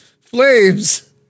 flames